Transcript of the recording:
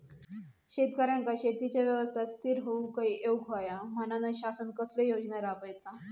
शेतकऱ्यांका शेतीच्या व्यवसायात स्थिर होवुक येऊक होया म्हणान शासन कसले योजना राबयता?